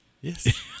Yes